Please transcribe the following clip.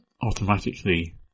automatically